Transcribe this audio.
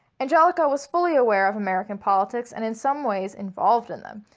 angelica was fully aware of american politics and in some ways involved in them.